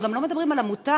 אנחנו גם לא מדברים על עמותה,